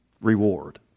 reward